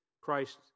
Christ